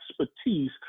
expertise